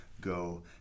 go